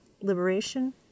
liberation